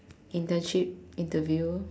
internship interview